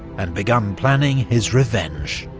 and begun planning his revenge,